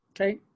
Okay